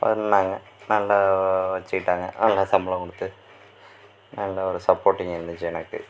பண்ணாங்க நல்லா வச்சுக்கிட்டாங்க நல்லா சம்பளம் கொடுத்து நல்ல ஒரு சப்போர்டிங் இருந்துச்சு எனக்கு